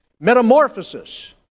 Metamorphosis